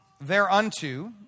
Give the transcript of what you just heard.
thereunto